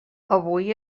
avui